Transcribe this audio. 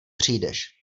přijdeš